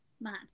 man